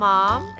Mom